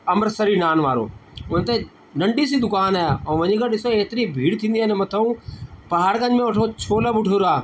अमृतसरी नान वारो उनते नन्ढी सी दुकानु आहे ऐं वञी करे ॾिसो एतिरी भीड़ थींदी आहे न मथऊं पहाड़गंज में वठो छोला भटूरा